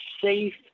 safe